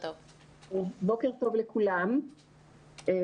שלום לכולם,